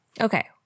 okay